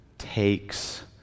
takes